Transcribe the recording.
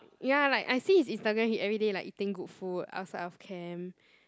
ya like I see his Instagram he every day like eating good food outside of camp